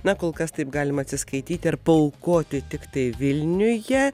na kol kas taip galima atsiskaityti ar paaukoti tiktai vilniuje